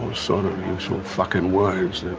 ah sort of the usual fuckin wives have.